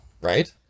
right